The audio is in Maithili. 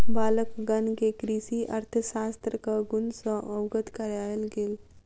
बालकगण के कृषि अर्थशास्त्रक गुण सॅ अवगत करायल गेल